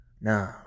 No